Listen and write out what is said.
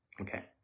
Okay